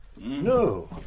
No